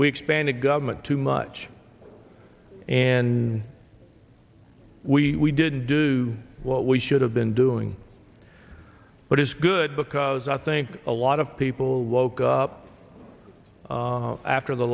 we expanded government too much and we didn't do what we should have been doing but it's good because i think a lot of people woke up after the